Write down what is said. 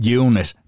unit